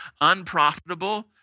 unprofitable